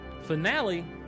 Finale